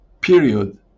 period